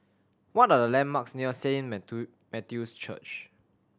what are the landmarks near Saint Matthew's Church